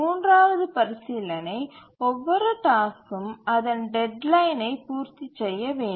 மூன்றாவது பரிசீலனை ஒவ்வொரு டாஸ்க்கும் அதன் டெட்லைனை பூர்த்தி செய்ய வேண்டும்